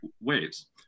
waves